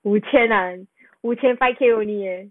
五千 ah 五千 five K only leh